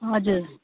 हजुर